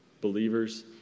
believers